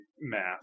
math